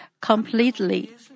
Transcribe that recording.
completely